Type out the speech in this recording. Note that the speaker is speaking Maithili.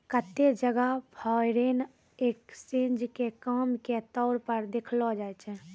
केत्तै जगह फॉरेन एक्सचेंज के काम के तौर पर देखलो जाय छै